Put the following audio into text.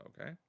Okay